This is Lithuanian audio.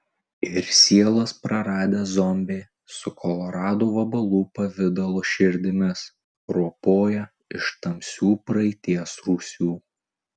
ir sielas praradę zombiai su kolorado vabalų pavidalo širdimis ropoja iš tamsių praeities rūsių